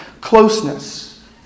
Closeness